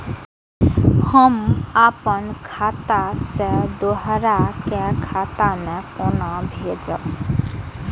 हम आपन खाता से दोहरा के खाता में केना भेजब?